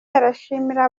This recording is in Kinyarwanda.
arashimira